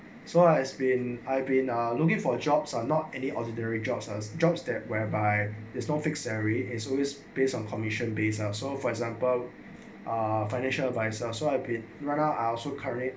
so I've been I've been looking for jobs are not any ordinary jobs us jobs that whereby there's no fix salary is always based on commission base so for example a financial advice so I've been run runner I also correct